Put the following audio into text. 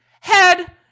Head